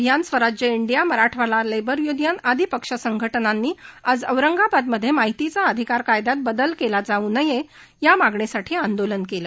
Swaraj Abhiyan Swaraj India Marathwada labour union आदी पक्ष संघटनांनी आज औरंगाबादमध्ये माहितीचा अधिकार कायदयात बदल केला जाऊ नये या मागणीसाठी आंदोलन केलं